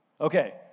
Okay